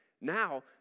Now